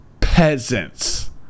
peasants